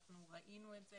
אנחנו ראינו את זה